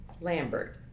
Lambert